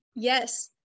Yes